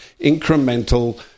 incremental